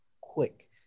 quick